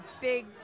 big